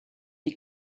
die